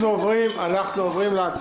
אנחנו עוברים להצבעה.